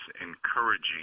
encouraging